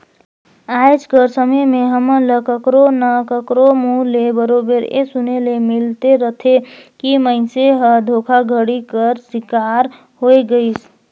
आएज कर समे में हमन ल काकरो ना काकरो मुंह ले बरोबेर ए सुने ले मिलते रहथे कि मइनसे हर धोखाघड़ी कर सिकार होए गइस